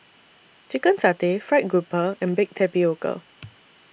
Chicken Satay Fried Grouper and Baked Tapioca